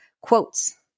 quotes